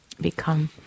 become